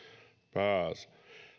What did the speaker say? pääse